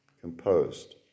composed